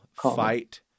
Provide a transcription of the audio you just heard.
fight